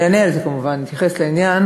אני אענה על זה כמובן ואתייחס לעניין,